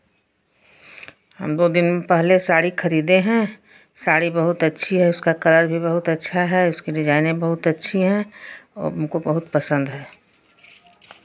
हम दो दिन पहले साड़ी खरीदे हैं साड़ी बहुत अच्छी है उसका कलर भी बहुत अच्छा है उसकी डिजाइनें बहुत अच्छी हैं और हमको बहुत पसन्द है